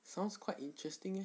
sounds quite interesting leh